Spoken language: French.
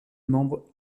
membre